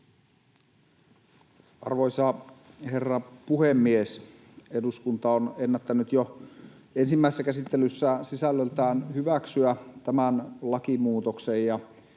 Arvoisa herra puhemies! Eduskunta on ennättänyt jo ensimmäisessä käsittelyssä sisällöltään hyväksyä tämän lakimuutoksen,